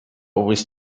was